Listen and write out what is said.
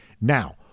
Now